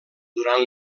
durant